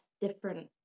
different